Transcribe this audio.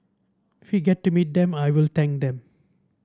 we get to meet them I will thank them